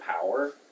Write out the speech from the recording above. power